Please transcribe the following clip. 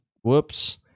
Whoops